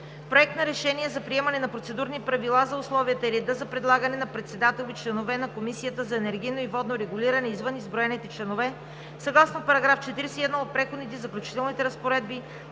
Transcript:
Проект на решение за приемане на Процедурни правила за условията и реда за предлагане на председател и членове на Комисията за енергийно и водно регулиране, извън избраните членове съгласно § 41 от Преходните и заключителните разпоредби